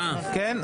כן?